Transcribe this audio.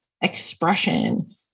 expression